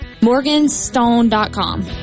Morganstone.com